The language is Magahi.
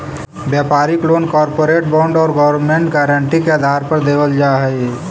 व्यापारिक लोन कॉरपोरेट बॉन्ड और गवर्नमेंट गारंटी के आधार पर देवल जा हई